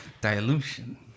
dilution